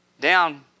down